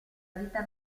vita